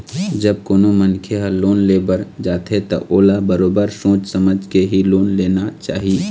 जब कोनो मनखे ह लोन ले बर जाथे त ओला बरोबर सोच समझ के ही लोन लेना चाही